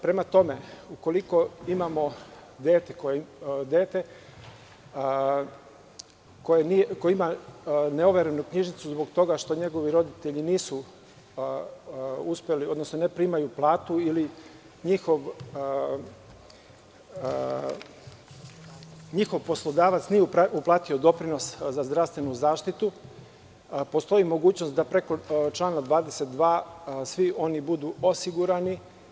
Prema tome, ukoliko imamo dete koje ima neoverenu knjižicu zbog toga što njegovi roditelji ne primaju platu ili njihov poslodavac nije uplatio doprinos za zdravstvenu zaštitu, postoji mogućnost da preko člana 22. svi oni budu osigurani.